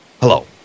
Hello